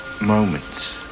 moments